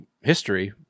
history